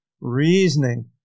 reasoning